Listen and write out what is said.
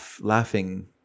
laughing